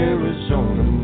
Arizona